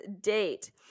date